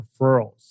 referrals